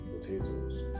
potatoes